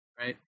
right